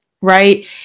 right